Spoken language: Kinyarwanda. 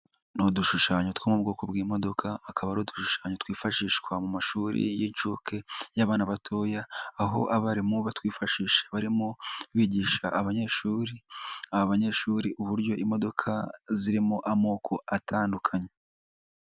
Ni udushushanyo two mu bwoko bw'imodoka akaba ari udushushanyo twifashishwa mu mashuri y'inshuke y'abana batoya, aho abarimu batwifashisha barimo bigisha abanyeshuri, aba banyeshuri uburyo imodoka zirimo amoko atandukanye.